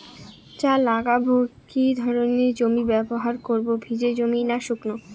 চা লাগাবো কি ধরনের জমি ব্যবহার করব ভিজে জমি নাকি শুকনো?